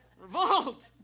revolt